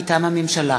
מטעם הממשלה: